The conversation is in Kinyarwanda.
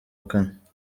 kane